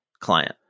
client